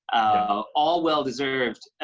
ah all well-deserved.